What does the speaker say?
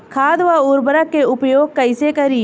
खाद व उर्वरक के उपयोग कइसे करी?